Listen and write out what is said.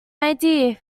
idea